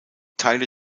teile